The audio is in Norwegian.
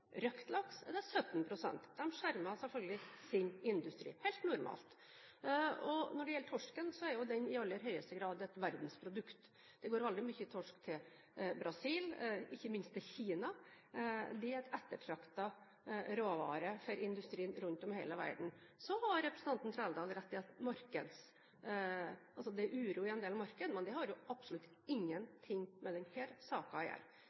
er det 13 pst. på. Statsråden sa her 17 pst., men det riktige tallet er 13 pst. De skjermer selvfølgelig sin industri – helt normalt. Når det gjelder torsken, er den i aller høyeste grad et verdensprodukt. Det går veldig mye torsk til Brasil, og ikke minst til Kina. Det er en ettertraktet råvare for industrien rundt om i hele verden. Så har representanten Trældal rett i at det er uro i en del marked, men det har jo absolutt